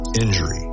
injury